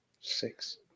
Six